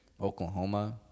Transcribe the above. Oklahoma